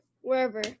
Wherever